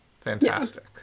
Fantastic